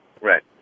Right